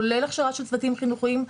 כולל הכשרה של צוותים חינוכיים,